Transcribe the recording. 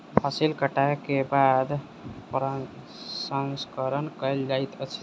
फसिल कटै के बाद प्रसंस्करण कयल जाइत अछि